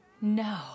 No